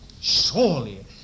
Surely